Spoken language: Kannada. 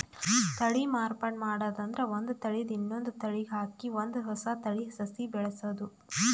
ತಳಿ ಮಾರ್ಪಾಡ್ ಮಾಡದ್ ಅಂದ್ರ ಒಂದ್ ತಳಿದ್ ಇನ್ನೊಂದ್ ತಳಿಗ್ ಹಾಕಿ ಒಂದ್ ಹೊಸ ತಳಿ ಸಸಿ ಬೆಳಸದು